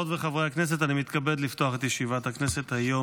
דברי הכנסת חוברת ל"ז ישיבה קצ"ו הישיבה